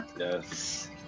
Yes